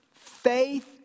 faith